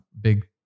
big